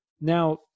Now